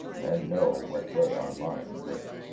and know what they are lined with.